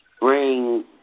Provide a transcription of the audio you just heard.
Bring